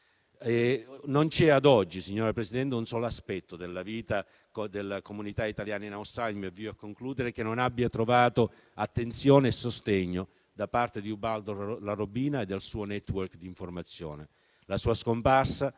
Non c'è ad oggi, signor Presidente, un solo aspetto della vita della comunità italiana in Australia che non abbia trovato attenzione e sostegno da parte di Ubaldo Larobina e del suo *network* di informazione.